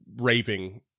raving